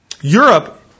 Europe